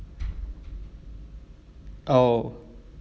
oh